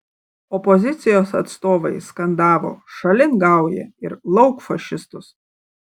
opozicijos atstovai skandavo šalin gaują ir lauk fašistus